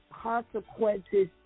consequences